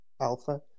Alpha